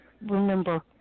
remember